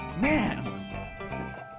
man